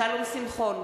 שלום שמחון,